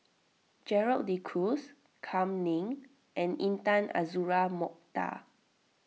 Gerald De Cruz Kam Ning and Intan Azura Mokhtar